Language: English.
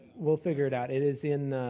we'll figure it out. it is in the,